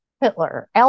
hitler